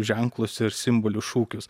ženklus ir simbolius šūkius